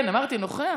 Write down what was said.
כן, אמרתי נוכח.